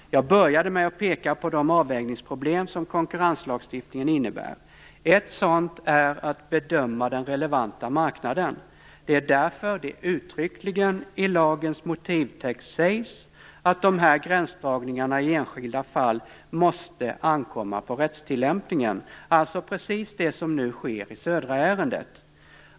Jag började med att peka på de avvägningsproblem som konkurrenslagstiftningen innebär. Ett sådant är att bedöma den relevanta marknaden. Det är därför det uttryckligen i lagens motivtext sägs att de här gränsdragningarna i enskilda fall måste ankomma på rättstillämpningen, dvs. precis det som nu sker i Södra-ärendet.